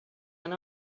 and